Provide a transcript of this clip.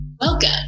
Welcome